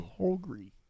hungry